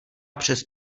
přes